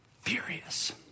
furious